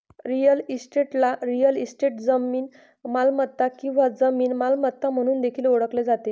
real इस्टेटला real estate, जमीन मालमत्ता किंवा जमीन मालमत्ता म्हणून देखील ओळखले जाते